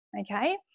Okay